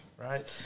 right